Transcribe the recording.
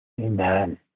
Amen